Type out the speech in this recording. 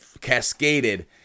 cascaded